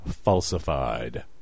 falsified